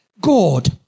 God